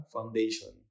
Foundation